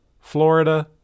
Florida